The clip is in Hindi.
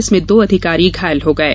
इसमें दो अधिकारी घायल हो गये